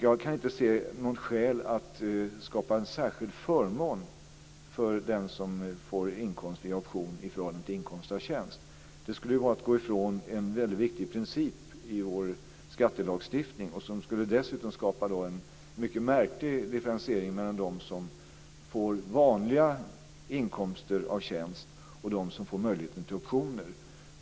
Jag kan inte se något skäl till att skapa en särskild förmån för den som får inkomst via option i förhållande till den som får inkomst av tjänst. Det skulle vara att gå ifrån en väldigt viktig princip i vår skattelagstiftning. Det skulle dessutom skapa en mycket märklig differentiering mellan dem som får vanliga inkomster av tjänst och dem som får möjligheten till optioner.